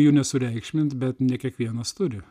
jų nesureikšmint bet ne kiekvienas turi